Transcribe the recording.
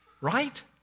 Right